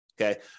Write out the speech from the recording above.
okay